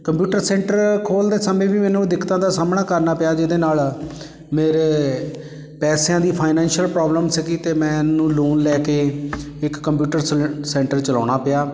computer centre ਖੋਲ੍ਹਦੇ ਸਮੇਂ ਵੀ ਮੈਨੂੰ ਦਿੱਕਤਾਂ ਦਾ ਸਾਹਮਣਾ ਕਰਨਾ ਪਿਆ ਜਿਹਦੇ ਨਾਲ ਮੇਰੇ ਪੈਸਿਆਂ ਦੀ ਫਾਈਨੈਂਸ਼ੀਅਲ ਪ੍ਰੋਬਲਮ ਸੀਗੀ ਅਤੇ ਮੈਨੂੰ ਲੋਨ ਲੈ ਕੇ ਇੱਕ ਕੰਪਿਊਟਰ ਸੈਂਟਰ ਚਲਾਉਣਾ ਪਿਆ